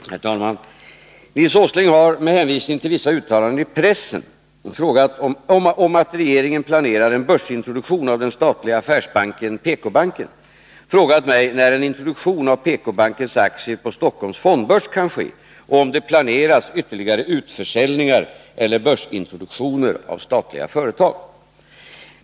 Herr talman! Nils G. Åsling har, med hänvisning till vissa uttalanden i pressen om att regeringen planerar en börsintroduktion av den statliga affärsbanken, PKbanken, frågat mig när en introduktion av PKbankens aktier på Stockholms fondbörs kan ske, och om det planeras ytterligare utförsäljningar eller börsintroduktioner av statliga företag.